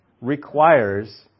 requires